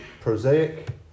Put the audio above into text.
prosaic